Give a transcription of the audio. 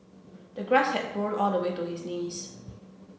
the grass had grown all the way to his knees